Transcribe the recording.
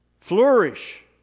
flourish